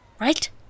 Right